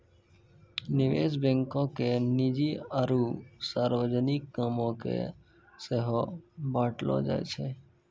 निवेश बैंको के निजी आरु सार्वजनिक कामो के सेहो बांटलो जाय छै